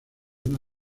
una